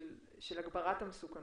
הגברת המסוכנות.